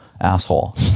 asshole